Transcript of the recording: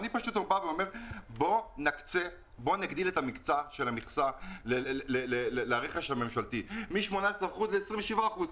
בואו נגדיל את המכסה לרכש הממשלתי מ-18% ל-27%.